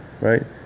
right